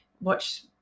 watch